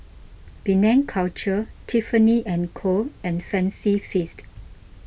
Penang Culture Tiffany and Co and Fancy Feast